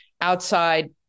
outside